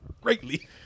Greatly